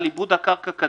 על עיבוד הקרקע כדין.